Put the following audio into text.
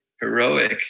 heroic